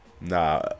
Nah